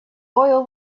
oil